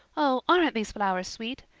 oh, aren't these flowers sweet!